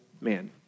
man